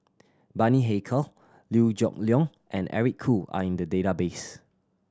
Bani Haykal Liew Geok Leong and Eric Khoo are in the database